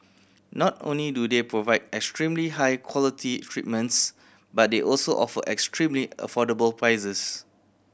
not only do they provide extremely high quality treatments but they also offer extremely affordable prices